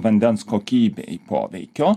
vandens kokybei poveikio